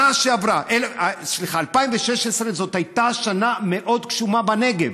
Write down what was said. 2016 הייתה שנה מאוד גשומה בנגב.